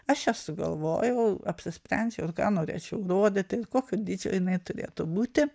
aš ją sugalvojau apsisprendžiau ir ką norėčiau rodyti kokio dydžio jinai turėtų būti